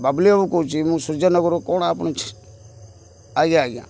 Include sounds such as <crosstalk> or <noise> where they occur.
ବାବୁଲି ବାବୁ କହୁଛି ମୁଁ ସୂର୍ଯ୍ୟନଗରରୁ କ'ଣ ଆପଣ <unintelligible> ଆଜ୍ଞା ଆଜ୍ଞା